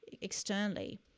externally